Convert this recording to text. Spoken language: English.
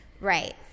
Right